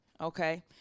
okay